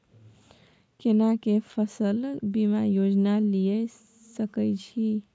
केना के फसल बीमा योजना लीए सके छी?